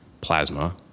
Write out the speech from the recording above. plasma